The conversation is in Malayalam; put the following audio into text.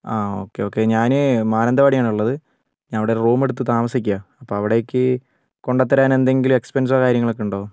ആ ഓക്കെ ഓക്കെ ഞാൻ മാനന്തവാടിയാണ് ഉള്ളത് ഞാനവിടെ റൂമെടുത്ത് താമസിക്കുകയാണ് അപ്പോൾ അവിടേക്ക് കൊണ്ടുത്തരാൻ എന്തെങ്കിലും എക്സ്പെൻസോ കാര്യങ്ങളൊക്കെ ഉണ്ടോ